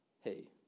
hey